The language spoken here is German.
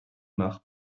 nach